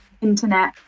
internet